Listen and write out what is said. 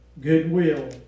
goodwill